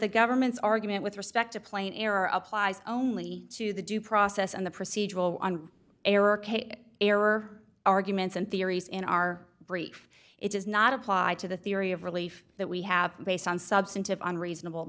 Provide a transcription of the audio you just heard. the government's argument with respect to plain error applies only to the due process and the procedural error k error arguments and theories in our brief it does not apply to the theory of relief that we have based on substantive unreasonable